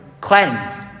cleansed